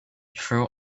trail